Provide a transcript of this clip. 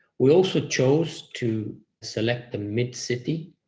we also chose to select a mid city,